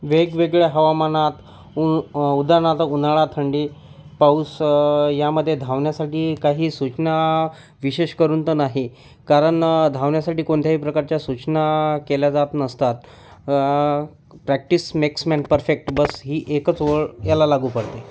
वेगवेगळ्या हवामानात ऊ उदाहरणार्थ उन्हाळा थंडी पाऊस यामध्ये धावण्यासाठी काही सूचना विशेष करून तर नाही कारण धावण्यासाठी कोणत्याही प्रकारच्या सूचना केल्या जात नसतात प्रॅक्टिस मेक्स मॅन परफेक्ट बस ही एकच ओळ याला लागू पडते